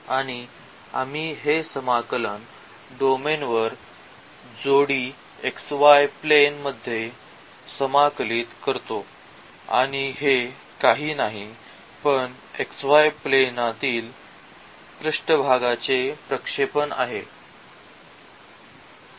आणि मग आम्ही हे समाकलन डोमेन वर जोडी xy प्लेन मध्ये समाकलित करतो आणि हे काही नाही पण xy प्लेनातील पृष्ठभागाचे प्रक्षेपण आहे